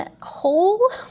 hole